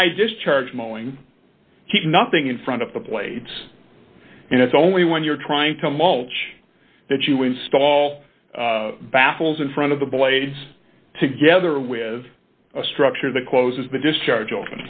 side discharge malling keep nothing in front of the plates and it's only when you're trying to mulch that you install baffles in front of the blades together with a structure that closes the discharge o